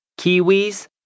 kiwis